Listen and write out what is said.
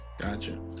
Gotcha